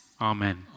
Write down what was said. Amen